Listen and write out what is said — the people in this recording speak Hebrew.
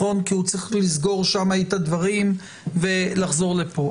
כי הוא צריך לסגור שם את הדברים ולחזור לפה,